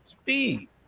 Speed